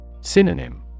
Synonym